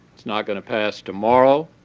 it's not going to pass tomorrow.